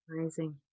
Amazing